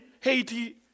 Haiti